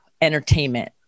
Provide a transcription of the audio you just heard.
entertainment